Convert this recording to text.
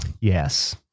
Yes